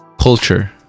culture